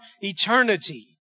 eternity